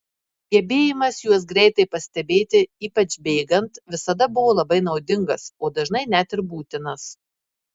gebėjimas juos greitai pastebėti ypač bėgant visada buvo labai naudingas o dažnai net ir būtinas